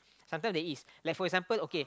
sometimes there is like for example okay